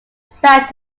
side